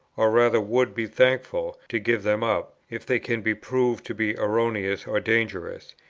or rather would be thankful, to give them up, if they can be proved to be erroneous or dangerous,